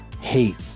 hate